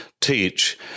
teach